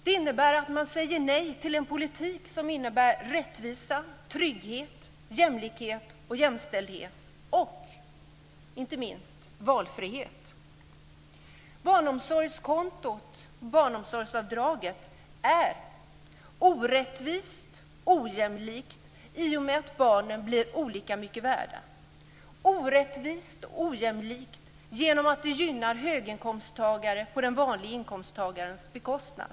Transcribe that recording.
De säger nej till en politik som innebär rättvisa, trygghet, jämlikhet, jämställdhet och inte minst valfrihet. Barnomsorgskonto och barnomsorgsavdrag är orättvist och ojämlikt i och med att barnen blir olika mycket värda. Det är orättvist och ojämlikt genom att det gynnar höginkomsttagare på vanliga inkomsttagares bekostnad.